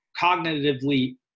cognitively